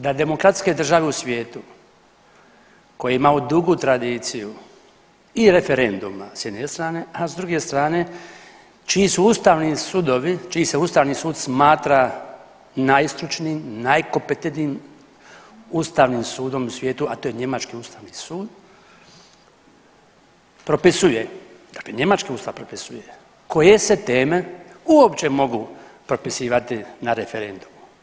Da demokratske države u svijetu koje imaju dugu tradiciju i referenduma s jedne strane, a s druge strane čiji su ustavni sudovi, čiji se ustavni sud smatra najstručnijim, najkompetentnijim ustavnim sudom u svijetu, a to je njemački ustavni sud, propisuje dakle njemački ustav propisuje koje se teme uopće mogu propisivati na referendumu.